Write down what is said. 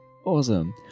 Awesome